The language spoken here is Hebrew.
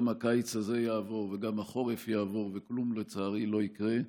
גם הקיץ הזה יעבור וגם החורף יעבור וכלום לצערי לא יקרה.